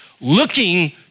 looking